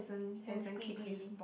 and squiggly